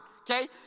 Okay